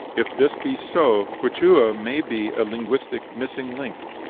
if this be so, quichua may be a linguistic missing link.